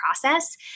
process